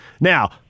Now